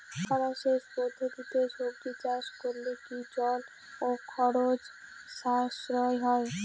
খরা সেচ পদ্ধতিতে সবজি চাষ করলে কি জল ও খরচ সাশ্রয় হয়?